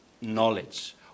knowledge